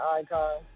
Icon